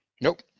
Nope